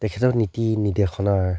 তেখেতক নীতি নিৰ্দেশনাৰ